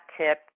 tip